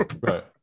Right